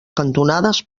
cantonades